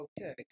okay